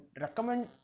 recommend